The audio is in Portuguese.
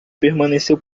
permaneceu